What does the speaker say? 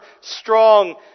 strong